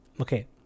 okay